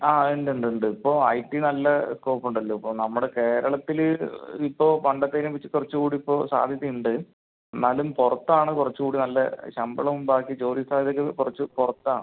ആ ഉണ്ട് ഉണ്ട് ഉണ്ട് ഇപ്പോൾ ഐടി നല്ല സ്കോപ്പ് ഉണ്ടല്ലോ ഇപ്പോൾ നമ്മുടെ കേരളത്തില് ഇപ്പോൾ പണ്ടത്തേലും വച്ച് കുറച്ച് കൂടി ഇപ്പോൾ സാധ്യത ഉണ്ട് എന്നാലും പുറത്ത് ആണ് കുറച്ച് കൂടി നല്ല ശമ്പളവും ബാക്കി ജോലി സാധ്യത കുറച്ച് പുറത്ത് ആണ്